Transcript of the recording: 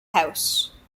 house